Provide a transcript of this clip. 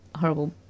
horrible